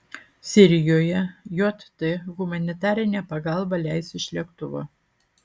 sirijoje jt humanitarinę pagalbą leis iš lėktuvo